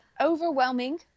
Overwhelming